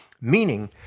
Meaning